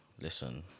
Listen